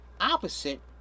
opposite